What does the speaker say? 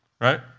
right